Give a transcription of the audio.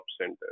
Center